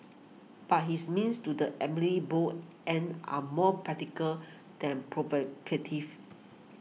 but his means to the bold end are more practical than provocative